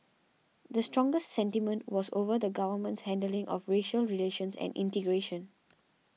the strongest sentiment was over the government's handling of racial relations and integration